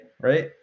right